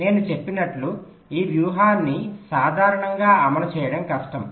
నేను చెప్పినట్లు ఈ వ్యూహాన్ని సాధారణంగా అమలు చేయడం కష్టం